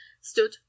stood